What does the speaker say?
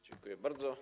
Dziękuję bardzo.